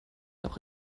noch